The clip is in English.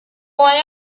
why